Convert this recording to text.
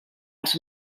els